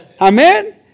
Amen